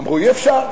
אמרו: אי-אפשר.